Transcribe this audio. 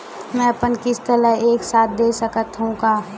मै अपन किस्त ल एक साथ दे सकत हु का?